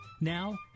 Now